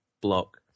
block